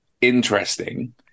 interesting